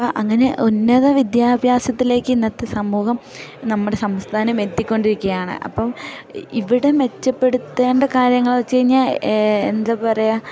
അപ്പം അങ്ങനെ ഉന്നത വിദ്യാഭ്യാസത്തിലേക്ക് ഇന്നത്തെ സമൂഹം നമ്മുടെ സംസ്ഥാനം എത്തിക്കൊണ്ടിരിക്കുകയാണ് അപ്പം ഇവിടെ മെച്ചപ്പെടുത്തേണ്ട കാര്യങ്ങള് വെച്ച് കഴിഞ്ഞാൽ എന്താ പറയുക